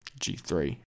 G3